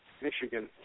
Michigan